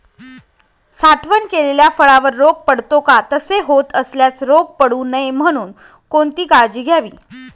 साठवण केलेल्या फळावर रोग पडतो का? तसे होत असल्यास रोग पडू नये म्हणून कोणती काळजी घ्यावी?